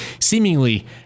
seemingly